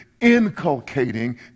inculcating